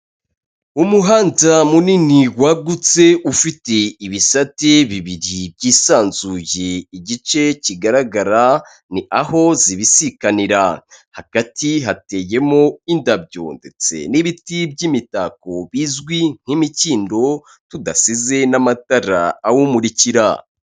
Umuhanda munini wagutse ufite ibisate bibiri by'isanzuye, igice kigaragara ni aho zibisikanira, hagati hateyemo indabyo ndetse n'ibiti by'imitako bizwi nk'imikindo tudasize n'amatara awumurikira.